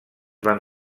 van